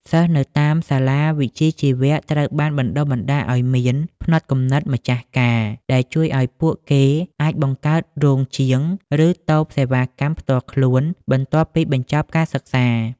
សិស្សនៅតាមសាលាវិជ្ជាជីវៈត្រូវបានបណ្ដុះបណ្ដាលឱ្យមាន "ផ្នត់គំនិតម្ចាស់ការ" ដែលជួយឱ្យពួកគេអាចបង្កើតរោងជាង ឬតូបសេវាកម្មផ្ទាល់ខ្លួនបន្ទាប់ពីបញ្ចប់ការសិក្សា។